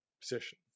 position